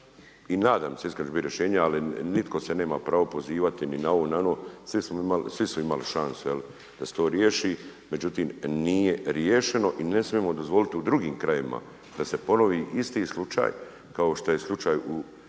I nadam se iskreno da će biti rješenje. Ali nitko se nema pravo pozivati ni na ovo ni na ovo, svi su imali šansu da se to riješi međutim nije riješeno. I ne smijemo dozvoliti u drugim krajevima da se ponovi isti slučaj kao što je slučaj u